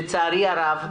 לצערי הרב,